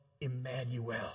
Emmanuel